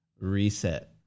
reset